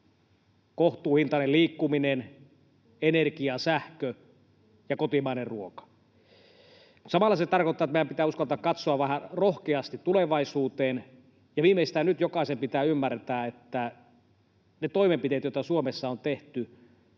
[Petri Huru: Turpeeseen!] energia, sähkö ja kotimainen ruoka. Samalla se tarkoittaa, että meidän pitää uskaltaa katsoa rohkeasti tulevaisuuteen, ja viimeistään nyt jokaisen pitää ymmärtää, että ne toimenpiteet, joita Suomessa on tehty